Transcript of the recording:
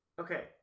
Okay